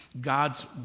God's